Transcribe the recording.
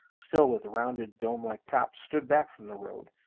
still with rounded dome like tops, stood back from the road,